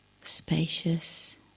spacious